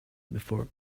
before